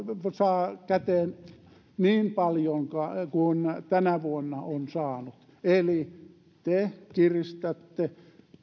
saa käteen niin paljoa kuin tänä vuonna on saanut eli te kiristätte